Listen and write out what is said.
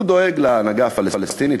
הוא דואג להנהגה הפלסטינית,